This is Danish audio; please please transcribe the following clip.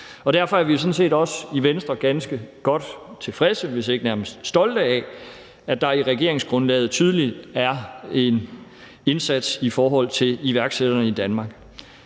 set også i Venstre ganske godt tilfredse med, hvis ikke nærmest stolte af, at der i regeringsgrundlaget tydeligt er en indsats i forhold til iværksætterne i Danmark.